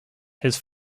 his